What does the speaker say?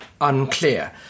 unclear